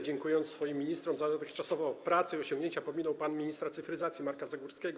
Dziękując swoim ministrom za dotychczasową pracę i osiągnięcia, pominął pan ministra cyfryzacji Marka Zagórskiego.